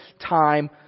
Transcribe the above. time